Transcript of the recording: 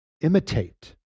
imitate